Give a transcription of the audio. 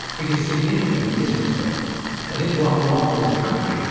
it is significant in this respect that if guangdong was a country,